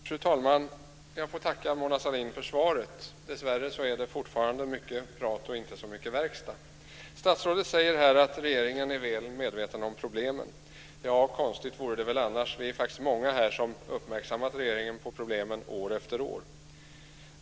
Fru talman! Jag får tacka Mona Sahlin för svaret. Dessvärre är det fortfarande mycket prat och inte så mycket verkstad. Stadsrådet säger här att regeringen är väl medveten om problemen. Ja, konstigt vore det väl annars. Vi är faktiskt många här som uppmärksammat regeringen på problemen år efter år.